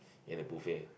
in a buffet ah